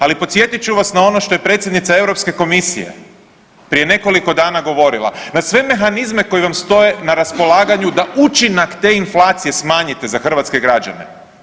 Ali podsjetit ću vas na ono što je predsjednica Europske komisije prije nekoliko dana govorila, na sve mehanizme koji vam stoje na raspolaganju da učinak te inflacije smanjite za hrvatske građane.